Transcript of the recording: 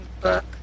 book